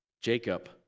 Jacob